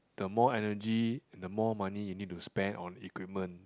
the more energy the more money you need to spend on equipment